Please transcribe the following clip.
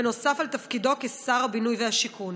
נוסף על תפקידו כשר הבינוי והשיכון.